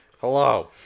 Hello